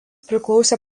priklausė